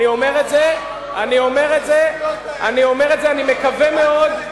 אני אומר את זה, אני אומר את זה, אני מקווה מאוד,